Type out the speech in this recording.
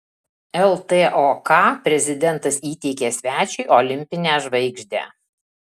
ltok prezidentas įteikė svečiui olimpinę žvaigždę